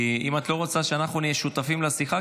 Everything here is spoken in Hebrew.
כי אם את לא רוצה שאנחנו נהיה שותפים לשיחה,